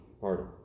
pardon